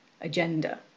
agenda